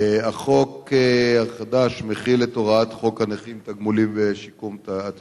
החוק החדש מחיל את הוראת חוק הנכים (תגמולים ושיקום) ,